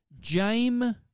James